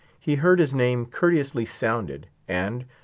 he heard his name courteously sounded and,